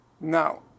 Now